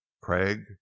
Craig